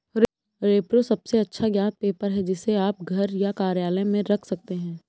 repro सबसे अच्छा ज्ञात पेपर है, जिसे आप घर या कार्यालय में रख सकते हैं